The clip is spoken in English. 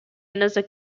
another